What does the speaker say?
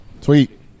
Sweet